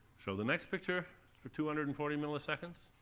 show the next picture for two hundred and forty milliseconds.